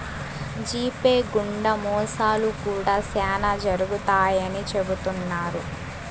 GPay గుండా మోసాలు కూడా శ్యానా జరుగుతాయని చెబుతున్నారు